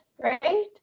right